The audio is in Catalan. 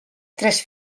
tres